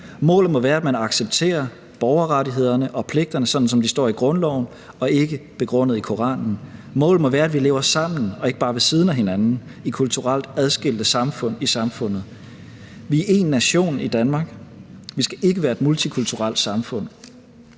Målet må være, at man accepterer borgerrettighederne og pligterne, sådan som de står i grundloven og ikke som begrundet i Koranen. Målet må være, at vi lever sammen og ikke bare ved siden af hinanden i kulturelt adskilte samfund i samfundet. Vi er én nation i Danmark. Vi skal ikke være et multikulturelt samfund.